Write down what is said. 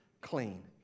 clean